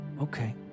Okay